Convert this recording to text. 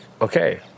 okay